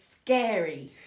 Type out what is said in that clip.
scary